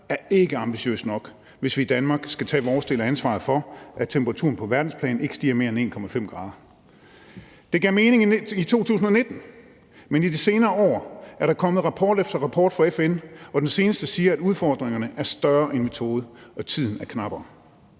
er ikke ambitiøst nok, hvis vi i Danmark skal tage vores del af ansvaret for, at temperaturen på verdensplan ikke stiger mere end 1,5 grader. Det gav mening i 2019, men i de senere år er der kommet rapport efter rapport fra FN, og den seneste siger, at udfordringerne er større, end vi troede, og at tiden er knappere.